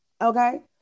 okay